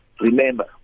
Remember